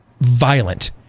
violent